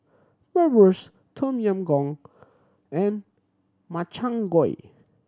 Bratwurst Tom Yam Goong and Makchang Gui